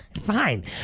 fine